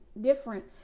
different